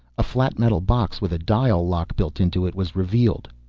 a flat metal box with a dial lock built into it, was revealed.